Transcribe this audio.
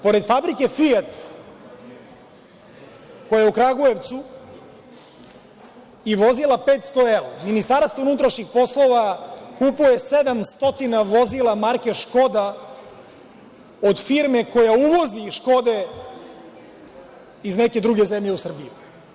Pored fabrike „Fijat“ koja je u Kragujevcu i vozila 500L MUP kupuje 700 vozila marke „Škoda“ od firme koja uvozi škode iz neke druge zemlje u Srbiji.